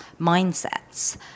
mindsets